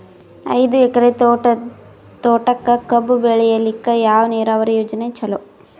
ಐದು ಎಕರೆ ತೋಟಕ ಕಬ್ಬು ಬೆಳೆಯಲಿಕ ಯಾವ ನೀರಾವರಿ ಯೋಜನೆ ಚಲೋ?